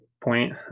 point